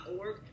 org